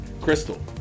Crystal